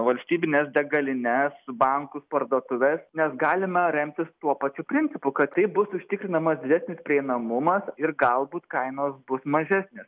valstybines degalines bankus parduotuves mes galime remtis tuo pačiu principu kad taip bus užtikrinamas didesnis prieinamumas ir galbūt kainos bus mažesnės